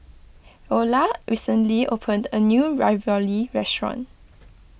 Eola recently opened a new Ravioli restaurant